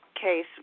case